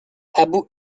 abu